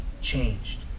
changed